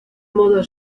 modo